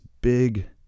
big